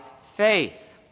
faith